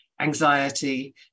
anxiety